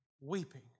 weeping